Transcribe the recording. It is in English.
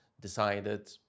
decided